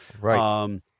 Right